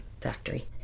factory